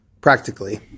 practically